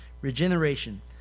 Regeneration